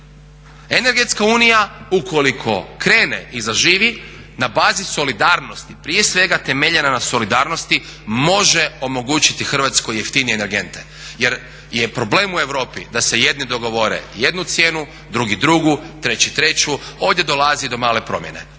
Energetska unija ukoliko krene i zažive na bazi solidarnosti prije svega temeljena na solidarnosti može omogućiti Hrvatskoj jeftinije energente. Jer je problem u Europi da se jedni dogovore jednu cijenu, drugi drugu, treći treću. Ovdje dolazi do male promjene,